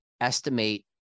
estimate